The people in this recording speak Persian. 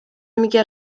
میگه